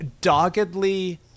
doggedly